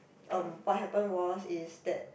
um what happen was is that